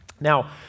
Now